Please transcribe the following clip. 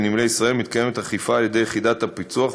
בנמלי ישראל מתקיימת אכיפה על-ידי יחידת הפיצו"ח